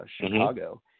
Chicago